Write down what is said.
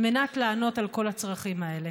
על מנת לענות על כל הצרכים האלה?